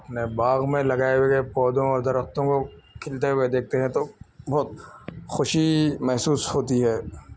اپنے باغ میں لگائے ہوئے پودوں اور درختوں کو کھلتے ہوئے دیکھتے ہیں تو بہت خوشی محسوس ہوتی ہے